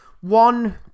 one